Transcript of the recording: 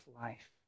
life